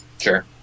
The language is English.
Sure